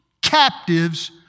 captives